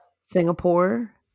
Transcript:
Singapore